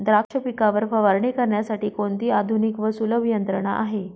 द्राक्ष पिकावर फवारणी करण्यासाठी कोणती आधुनिक व सुलभ यंत्रणा आहे?